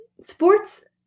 sports